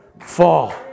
fall